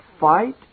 fight